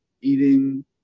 eating